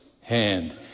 hand